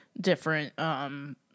different